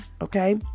Okay